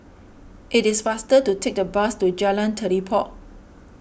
it is faster to take the bus to Jalan Telipok